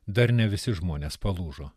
dar ne visi žmonės palūžo